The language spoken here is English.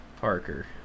Parker